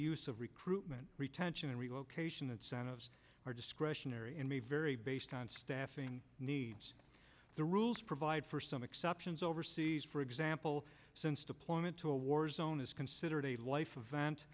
use of recruitment retention and relocation incentives are discretionary and may vary based on staffing needs the rules provide for some exceptions overseas for example since deployment to a war zone is considered a life of vent